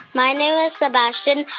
my name is sebastian.